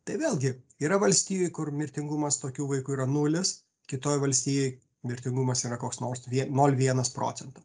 tai vėlgi yra valstijų kur mirtingumas tokių vaikų yra nulis kitoj valstijoj mirtingumas yra koks nors vie nol vienas procento